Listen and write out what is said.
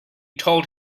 told